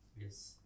Yes